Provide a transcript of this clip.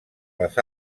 les